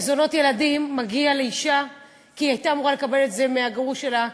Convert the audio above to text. מזונות ילדים מגיעים לאישה כי היא הייתה אמורה לקבל את זה מהגרוש שלה,